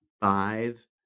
five